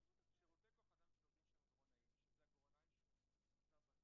החוק הזה.